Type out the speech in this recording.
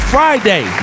Friday